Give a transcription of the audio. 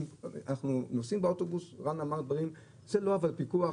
אנחנו נוסעים באוטובוס רן אמר דברים זה לא הפיקוח,